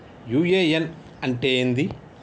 UAN అంటే ఏంది?